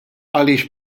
għaliex